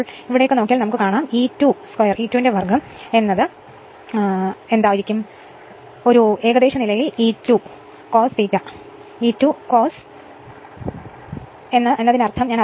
ഇപ്പോൾ ഒരു ഏകദേശമെന്ന നിലയിൽ E2 cos ∂ E2 E2 cos write എഴുതാനും കഴിയും അതിനർത്ഥം ഞാൻ ഇത് അർത്ഥമാക്കുന്നത് എന്നാണ്